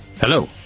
Hello